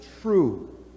true